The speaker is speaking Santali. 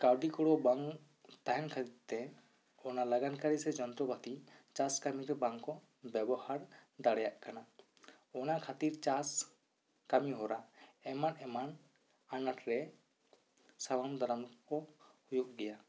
ᱠᱟᱹᱣᱰᱤ ᱜᱚᱲᱚ ᱵᱟᱝ ᱛᱟᱦᱮᱸ ᱠᱷᱟᱹᱛᱤᱨ ᱛᱮ ᱚᱱᱟ ᱞᱟᱜᱟᱱ ᱠᱟᱹᱨᱤ ᱥᱮ ᱡᱚᱱᱛᱨᱚᱯᱟᱹᱛᱤ ᱪᱟᱥ ᱠᱟᱹᱢᱤ ᱨᱮ ᱵᱟᱝ ᱠᱚ ᱵᱮᱵᱚᱦᱟᱨ ᱫᱟᱲᱮᱭᱟᱜ ᱠᱟᱱᱟ ᱚᱱᱟ ᱠᱷᱟᱹᱛᱤᱨ ᱪᱟᱥ ᱠᱟᱹᱢᱤ ᱦᱚᱨᱟ ᱮᱢᱚᱱ ᱮᱢᱚᱱ ᱟᱱᱟᱴ ᱨᱮ ᱥᱟᱢᱟᱝ ᱫᱟᱨᱟᱢ ᱠᱚ ᱦᱩᱭᱩᱜ ᱜᱮᱭᱟ